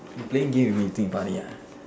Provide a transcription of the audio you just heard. you playing game with me you think you funny ah